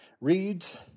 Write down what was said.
reads